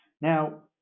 Now